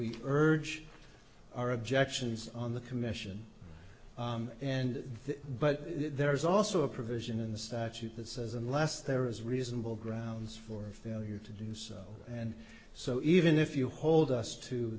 we urge our objections on the commission and but there is also a provision in the statute that says unless there is reasonable grounds for failure to do so and so even if you hold us to